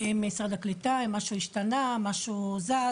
עם משרד הקליטה עם משהו השתנה או משהו זז,